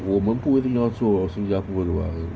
我们不会做新加坡的 what